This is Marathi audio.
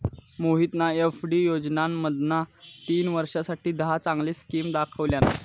मोहितना एफ.डी योजनांमधना तीन वर्षांसाठी दहा चांगले स्किम दाखवल्यान